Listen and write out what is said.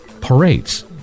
parades